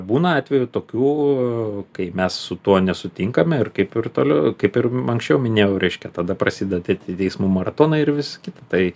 būna atvejų tokių kai mes su tuo nesutinkame ir kaip ir toliau kaip ir anksčiau minėjau reiškia tada prasideda tie te teismų maratonai ir visa kita tai